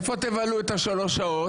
איפה תבלו את שלוש השעות?